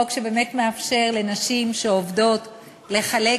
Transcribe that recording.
חוק שבאמת מאפשר לנשים עובדות לחלוק